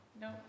No